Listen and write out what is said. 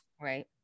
Right